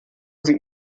sie